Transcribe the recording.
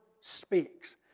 speaks